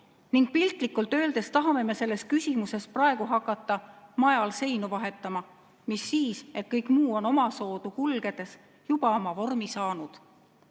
Piltlikult öeldes tahame me selles küsimuses praegu hakata majal seinu vahetama, mis siis, et kõik muu on omasoodu kulgedes juba oma vormi saanud. Ja